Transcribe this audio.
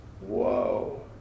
Whoa